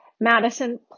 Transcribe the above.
Madison